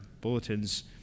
bulletins